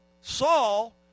Saul